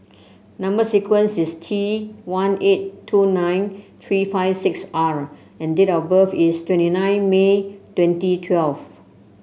number sequence is T one eight two nine three five six R and date of birth is twenty nine May twenty twelve